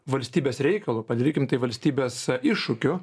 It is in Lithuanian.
valstybės reikalu padarykime tai valstybės iššūkiu